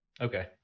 Okay